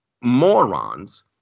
morons